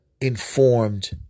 informed